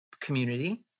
community